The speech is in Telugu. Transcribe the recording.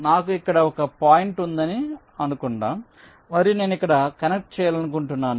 నాకు ఇక్కడ ఒక పాయింట్ ఉందని చెప్పండి మరియు నేను ఇక్కడ కనెక్ట్ చేయాలనుకుంటున్నాను